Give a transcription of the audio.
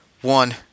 one